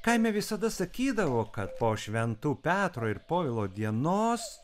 kaime visada sakydavo kad po šventų petro ir povilo dienos